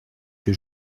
que